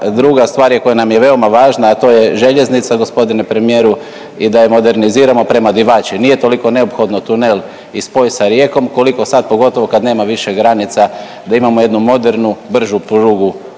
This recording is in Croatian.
druga stvar je koja nam je veoma važna a to je željeznica gospodine premijeru i da je moderniziramo prema …/Govornik se ne razumije./… Nije toliko neophodno tunel i spoj sa Rijekom koliko sad pogotovo kad nema više granica da imamo jednu modernu bržu prugu